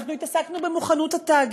אנחנו התעסקנו במוכנות התאגיד,